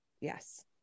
Yes